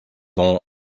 dont